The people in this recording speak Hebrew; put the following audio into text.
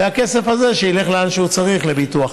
הכסף הזה, שילך לאן שהוא צריך, לביטוח.